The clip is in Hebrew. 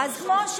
תודה רבה.